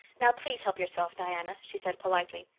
now, please help yourself, diana, she said politely.